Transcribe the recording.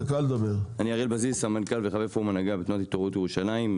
אני סמנכ"ל בחברת פורמן, תנועת התעוררות ירושלים.